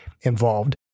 involved